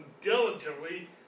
diligently